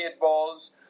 balls